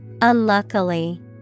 unluckily